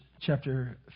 chapter